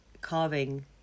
carving